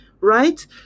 right